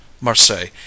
Marseille